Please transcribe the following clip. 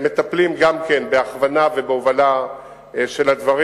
מטפלים גם כן בהכוונה ובהובלה של הדברים